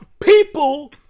people